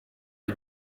you